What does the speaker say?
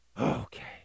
Okay